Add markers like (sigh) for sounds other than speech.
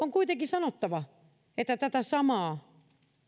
(unintelligible) on kuitenkin sanottava että tätä samaa